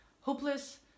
hopeless